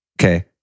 Okay